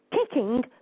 kicking